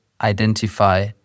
identify